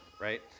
right